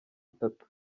itatu